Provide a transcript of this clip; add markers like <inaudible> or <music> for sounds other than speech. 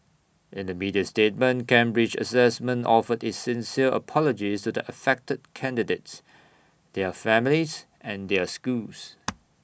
in A media statement Cambridge Assessment offered its sincere apologies to the affected candidates their families and their schools <noise>